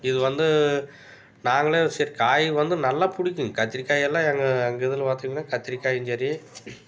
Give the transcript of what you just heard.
இது வந்து நாங்களே சரி காய்ங்க வந்து நல்லா பிடிக்கும் கத்திரிக்காய் எல்லாம் எங்கள் எங்கள் இதில் பார்த்திங்கன்னா கத்திரிக்காயும் சரி